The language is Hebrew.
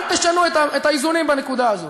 אל תשנו את האיזונים בנקודה הזאת.